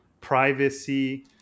privacy